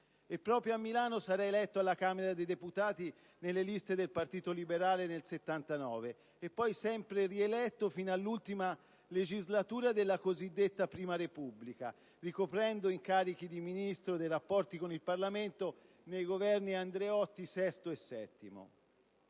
E proprio a Milano sarà eletto alla Camera dei deputati, nelle liste del Partito Liberale, nel 1979, e poi sempre rieletto sino all'ultima legislatura della cosiddetta prima Repubblica, ricoprendo incarichi di Ministro per i rapporti con il Parlamento nei Governi Andreotti VI e VII.